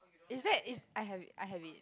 is that is I have it I have it